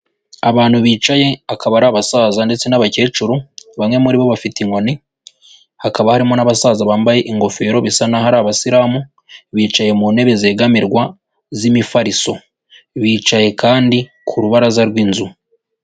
Abantu bicaye akaba ari abasaza ndetse n'abakecuru, bamwe muri bo bafite inkoni, hakaba harimo n'abasaza bambaye ingofero bisa n'aho hari abasilamu, bicaye mu ntebe zegamirwa z'imifariso, bicaye kandi ku rubaraza rw'inzu.